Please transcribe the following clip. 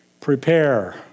prepare